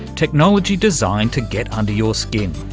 technology designed to get under your skin,